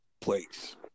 place